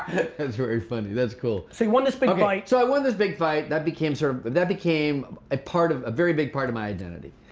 that's very funny, that's cool. so you won this big fight? so i won this big fight that became so that became a part of, a very big part of my identity.